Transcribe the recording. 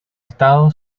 estado